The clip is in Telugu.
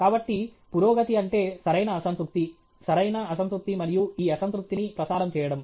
కాబట్టి పురోగతి అంటే సరైన అసంతృప్తి సరైన అసంతృప్తి మరియు ఈ అసంతృప్తిని ప్రసారం చేయడం